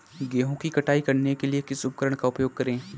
गेहूँ की कटाई करने के लिए किस उपकरण का उपयोग करें?